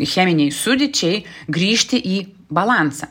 cheminei sudėčiai grįžti į balansą